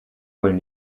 wollen